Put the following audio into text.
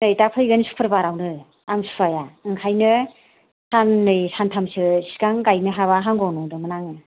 नै दा फैगोन शुक्रुबार आवनो आमथिसुवाया ओंखायनो साननै सानथामसो सिगां गायनो हाबा हामगौ नंदोंमोन आङो